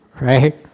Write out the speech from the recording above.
right